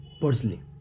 personally